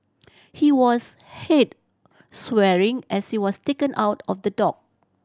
he was heard swearing as he was taken out of the dock